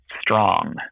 strong